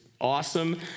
awesome